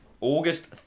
August